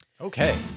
Okay